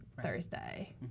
Thursday